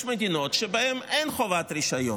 יש מדינות שבהן אין חובת רישיון,